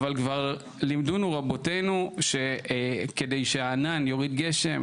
אבל כבר לימדונו רבותינו שכדי שהענן יוריד גשם,